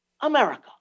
America